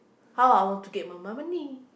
how I want to get my mo~ money